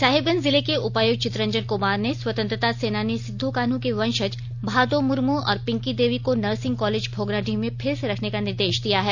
साहिबगंज जिले के उपायुक्त चितरंजन कुमार ने स्वतंत्रता सेनानी सिद्ध कान्हू के वंशज भादो मुर्मू और पिंकी देवी को नर्सिंग कॉलेज भोगनाडीह में फिर से रखने का निर्देश दिया है